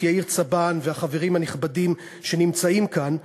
יאיר צבן והחברים הנכבדים שנמצאים כאן,